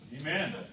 Amen